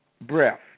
breath